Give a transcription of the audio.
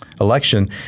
Election